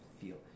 feel